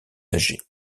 âgées